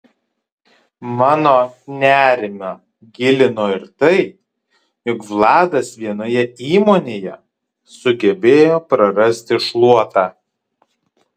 mano nerimą gilino ir tai jog vladas vienoje įmonėje sugebėjo prarasti šluotą